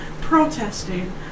protesting